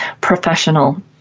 professional